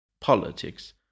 politics